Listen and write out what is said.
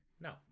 No